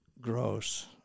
gross